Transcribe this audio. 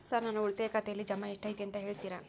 Sir ನನ್ನ ಉಳಿತಾಯ ಖಾತೆಯಲ್ಲಿ ಜಮಾ ಎಷ್ಟು ಐತಿ ಅಂತ ಹೇಳ್ತೇರಾ?